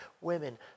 Women